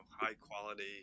high-quality